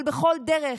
אבל בכל דרך,